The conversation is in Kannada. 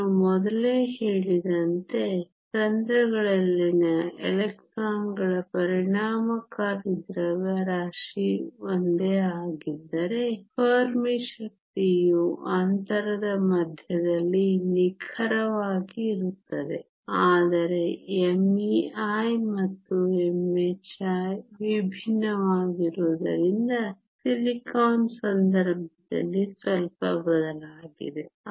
ನಾನು ಮೊದಲೇ ಹೇಳಿದಂತೆ ರಂಧ್ರಗಳಲ್ಲಿನ ಎಲೆಕ್ಟ್ರಾನ್ಗಳ ಪರಿಣಾಮಕಾರಿ ದ್ರವ್ಯರಾಶಿ ಒಂದೇ ಆಗಿದ್ದರೆ ಫೆರ್ಮಿ ಶಕ್ತಿಯು ಅಂತರದ ಮಧ್ಯದಲ್ಲಿ ನಿಖರವಾಗಿ ಇರುತ್ತದೆ ಆದರೆ mei ಮತ್ತು mhi ವಿಭಿನ್ನವಾಗಿರುವುದರಿಂದ ಸಿಲಿಕಾನ್ ಸಂದರ್ಭದಲ್ಲಿ ಸ್ವಲ್ಪ ಬದಲಾಗಿದೆ